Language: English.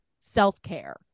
self-care